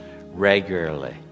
regularly